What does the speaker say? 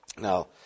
Now